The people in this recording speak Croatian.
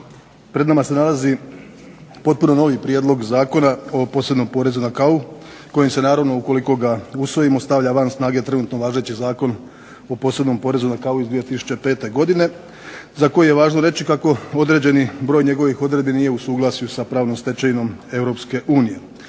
pred nama se nalazi potpuno novi prijedlog Zakona o posebnom porezu na kavu koji se naravno ukoliko ga usvojim stavlja van snage. Trenutno važeći Zakon o posebnom porezu na kavu iz 2005. godine, za koje je važno reći kako određeni broj njegovih odredbi nije u suglasju sa pravnom stečevinom EU.